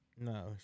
No